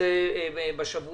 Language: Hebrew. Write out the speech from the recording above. נצטרך להחליט מה עושים עם הכסף